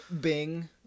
Bing